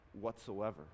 whatsoever